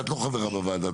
את לא חברה בוועדה,